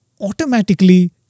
automatically